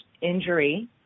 injury